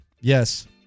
Yes